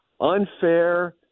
unfair